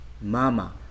mama